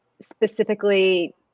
specifically